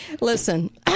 Listen